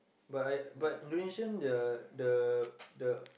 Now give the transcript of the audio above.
but I but Indonesian the the the